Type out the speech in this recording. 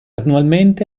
annualmente